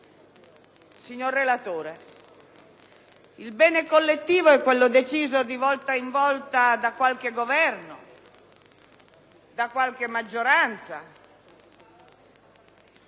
collettivo; ma il bene collettivo è quello deciso di volta in volta da qualche Governo, da qualche maggioranza?